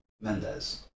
Mendes